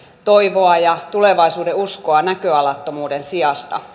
toivoa ja tulevaisuuden uskoa näköalattomuuden sijasta